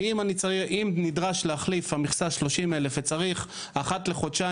כי אם המכסה היא 30,000 וצריך אחת לחודשיים,